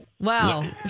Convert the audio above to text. Wow